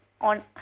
on